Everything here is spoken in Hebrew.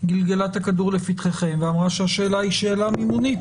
היא גלגלה את הכדור לפתחכם ואמרה שהשאלה היא שאלה מימונית,